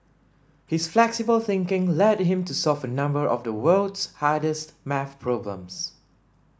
his flexible thinking led him to solve a number of the world's hardest maths problems